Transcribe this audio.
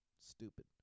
Stupid